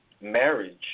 marriage